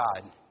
God